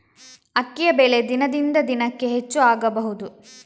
ಅಕ್ಕಿಯ ಬೆಲೆ ದಿನದಿಂದ ದಿನಕೆ ಹೆಚ್ಚು ಆಗಬಹುದು?